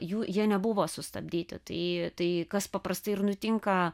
jų jie nebuvo sustabdyti tai tai kas paprastai ir nutinka